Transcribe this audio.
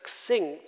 succinct